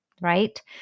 right